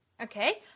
Okay